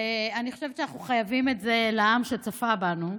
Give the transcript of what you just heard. ואני חושבת שאנחנו חייבים את זה לעם שצפה בנו,